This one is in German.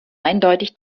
eindeutig